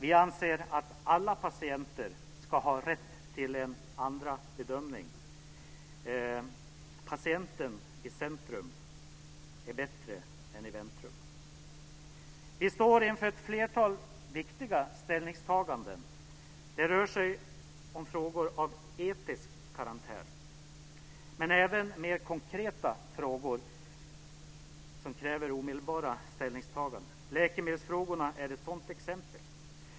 Vi anser att alla patienter ska ha rätt till en andra bedömning. Patienten i centrum är bättre än i väntrum. Vi står inför ett flertal viktiga ställningstaganden. Det rör sig om frågor av etisk karaktär men även om mer konkreta frågor som kräver omedelbara ställningstaganden. Läkemedelsfrågorna är ett sådant exempel.